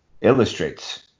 illustrates